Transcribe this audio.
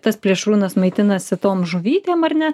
tas plėšrūnas maitinasi tom žuvytėm ar ne